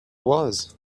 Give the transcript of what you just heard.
was